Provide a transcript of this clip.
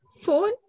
phone